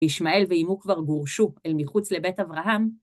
ישמעאל ואימו כבר גורשו אל מחוץ לבית אברהם.